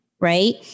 right